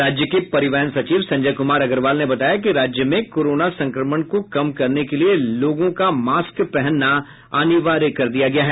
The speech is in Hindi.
पटना प्रमंडल के आयुक्त संजय कुमार अग्रवाल ने बताया कि राज्य में कोरोना संक्रमण को कम करने के लिये लोगों का मास्क पहनना की अनिवार्य कर दिया गया है